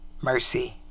mercy